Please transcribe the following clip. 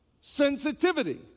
sensitivity